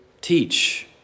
teach